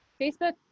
Facebook